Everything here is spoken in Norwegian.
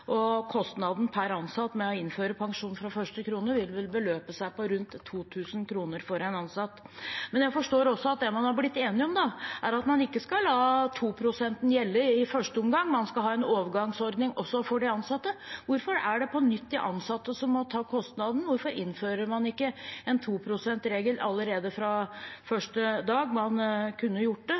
og kostnaden per ansatt med å innføre pensjon fra første krone vil vel beløpe seg til rundt 2 000 kr for en ansatt. Jeg forstår også at det man har blitt enige om, er at man ikke skal la 2-prosenten gjelde i første omgang, man skal ha en overgangsordning også for de ansatte. Hvorfor er det på nytt de ansatte som må ta kostnaden? Hvorfor innfører man ikke en 2-prosentregel allerede fra første dag man kunne gjort det?